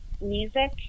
music